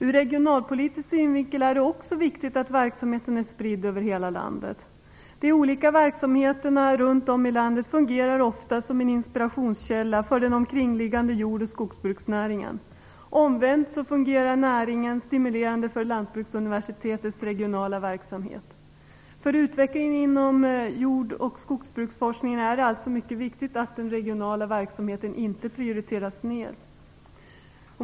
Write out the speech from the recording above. Ur regionalpolitisk synvinkel är det också viktigt att verksamheten är spridd över hela landet. De olika verksamheterna runt om i landet fungerar ofta som en inspirationskälla för den omkringliggande jord och skogsbruksnäringen. Omvänt fungerar näringen stimulerande för Lantbruksuniversitetets regionala verksamhet. För utvecklingen inom jord och skogsbruksforskningen är det alltså mycket viktigt att den regionala verksamheten inte prioriteras ned.